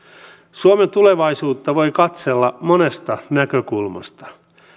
suomen tulevaisuutta voi katsella monesta näkökulmasta